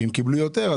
אז אם קיבלו יותר,